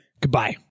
goodbye